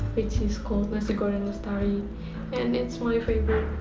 which is called nasi goreng lestari and it's my favourite.